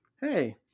Hey